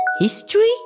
History